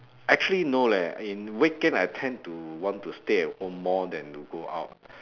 actually no leh in weekend I tend to want to stay at home more than to go out